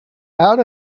out